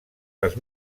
les